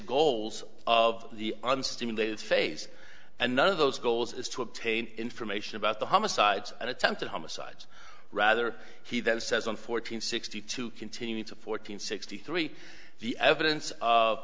goals of the unstimulated phase and none of those goals is to obtain information about the homicides and attempted homicide rather he then says on fourteen sixty two continuing to fourteen sixty three the evidence of